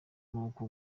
uko